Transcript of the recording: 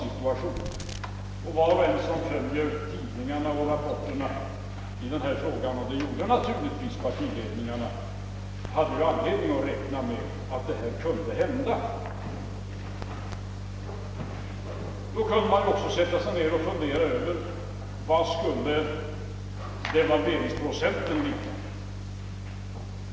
Var och en som läste tidningarna och rapporterna i denna fråga — och det gjorde naturligtvis partiledningarna — hade anledning att räkna med att detta kunde hända. Då kunde man ju också sätta sig ned och fundera över var devalveringsprocenten skulle ligga.